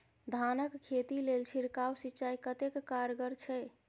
धान कऽ खेती लेल छिड़काव सिंचाई कतेक कारगर छै?